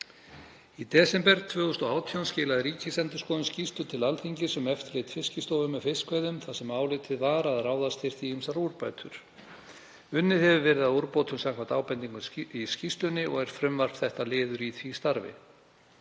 Í desember 2018 skilaði Ríkisendurskoðun skýrslu til Alþingis um eftirlit Fiskistofu með fiskveiðum þar sem álitið var að ráðast þyrfti í ýmsar úrbætur. Unnið hefur verið að úrbótum samkvæmt ábendingum í skýrslunni og er frumvarp þetta liður í því starfi.